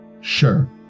Sure